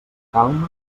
calma